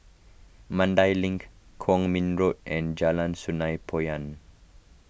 Mandai Link Kwong Min Road and Jalan Sungei Poyan